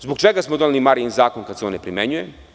Zbog čega smo doneli Marijin zakon kada se on ne primenjuje?